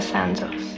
Sanzos